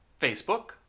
Facebook